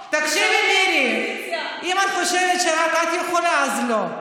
תקשיבי, מירי, אם את חושבת שרק את יכולה, אז לא.